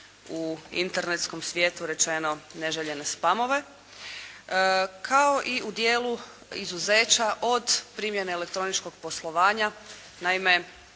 u internetskom svijetu rečeno neželjene spamove kao i u dijelu izuzeća od primjene elektroničkog poslovanja. Naime,